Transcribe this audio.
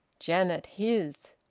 janet his!